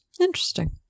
Interesting